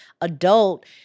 adult